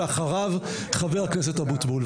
ואחריו חבר הכנסת אבוטבול,